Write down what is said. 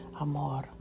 Amor